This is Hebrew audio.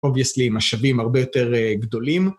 Obviously משאבים הרבה יותר א... גדולים.